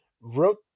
wrote